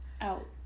out